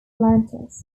atlantis